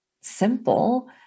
simple